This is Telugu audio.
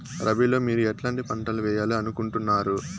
రబిలో మీరు ఎట్లాంటి పంటలు వేయాలి అనుకుంటున్నారు?